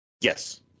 Yes